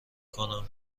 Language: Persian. کنم